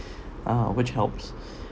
ah which helps